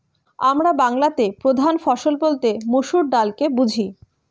আমরা বাংলাতে প্রধান ফসল বলতে মসুর ডালকে বুঝি